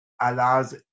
allows